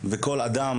ושכל אדם,